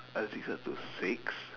addicted to cigs